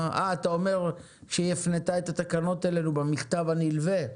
אתה אומר שהיא הפנתה את התקנות האלו במכתב הנלווה?